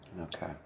Okay